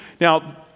Now